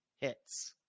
hits